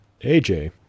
AJ